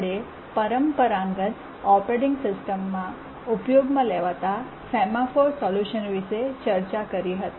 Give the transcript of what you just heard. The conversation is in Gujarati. આપણે પરંપરાગત ઓપરેટિંગ સિસ્ટમમાં ઉપયોગમાં લેવાતા સેમાફોર સોલ્યુશન વિશે ચર્ચા કરી હતી